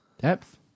Depth